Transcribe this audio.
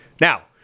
Now